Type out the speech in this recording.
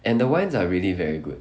and the wines are really very good